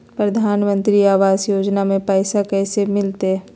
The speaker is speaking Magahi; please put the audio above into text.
प्रधानमंत्री आवास योजना में पैसबा कैसे मिलते?